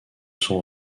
son